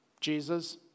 Jesus